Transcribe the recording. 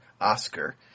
Oscar